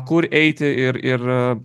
kur eiti ir ir